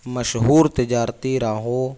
مشہور تجارتی راہوں